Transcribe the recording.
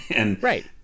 Right